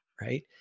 right